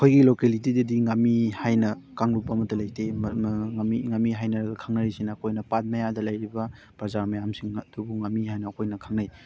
ꯑꯩꯈꯣꯏꯒꯤ ꯂꯣꯀꯦꯂꯤꯇꯤꯗꯗꯤ ꯉꯥꯃꯤ ꯍꯥꯏꯅ ꯀꯥꯡꯂꯨꯞ ꯑꯃꯠꯇ ꯂꯩꯇꯦ ꯃꯔꯝ ꯑꯗꯨꯅ ꯉꯥꯃꯤ ꯉꯥꯃꯤ ꯍꯥꯏꯅꯔꯒ ꯈꯪꯅꯔꯤꯁꯤꯅ ꯑꯩꯈꯣꯏꯅ ꯄꯥꯠ ꯃꯌꯥꯗ ꯂꯩꯔꯤꯕ ꯄ꯭ꯔꯖꯥ ꯃꯌꯥꯝꯁꯤꯡ ꯑꯗꯨꯕꯨ ꯉꯥꯃꯤ ꯍꯥꯏꯅ ꯑꯩꯈꯣꯏꯅ ꯈꯪꯅꯩ